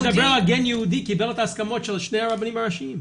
הספר שמדבר על הגן יהודי קיבל את ההסכמות של שני הרבנים הראשיים,